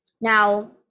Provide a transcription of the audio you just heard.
Now